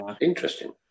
interesting